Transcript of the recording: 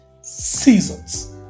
seasons